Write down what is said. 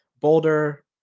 Boulder